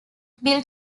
bill